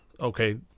okay